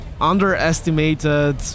underestimated